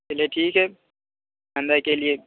چلیے ٹھیک ہے آئندہ کے لیے